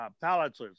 pallets